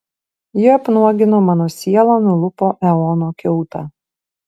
ji apnuogino mano sielą nulupo eono kiautą